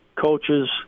coaches